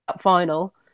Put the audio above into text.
final